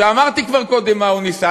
שאמרתי כבר קודם מה הוא ניסה,